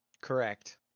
Correct